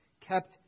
kept